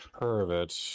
Perfect